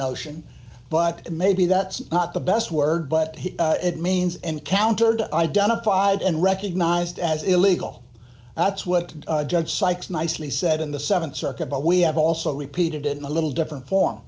notion but maybe that's not the best word but it means and countered identified and recognized as illegal that's what judge sykes nicely said in the th circuit but we have also repeated it in a little different form